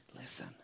listen